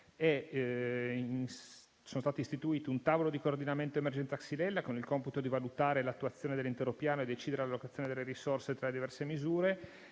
sono stati istituiti un tavolo di coordinamento emergenza xylella, con il compito di valutare l'attuazione dell'intero piano e decidere l'allocazione delle risorse tra le diverse misure,